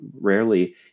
rarely